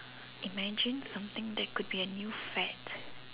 okay imagine something that could be a new fad